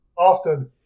often